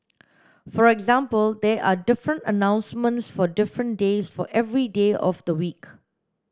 for example there are different announcements for different days for every day of the week